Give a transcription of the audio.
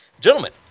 Gentlemen